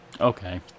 Okay